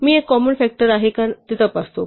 मी एक common factor आहे का ते तपासतो